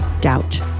doubt